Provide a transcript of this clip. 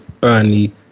Burnley